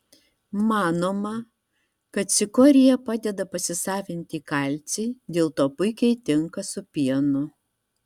manoma kad cikorija padeda pasisavinti kalcį dėl to puikiai tinka su pienu